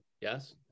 yes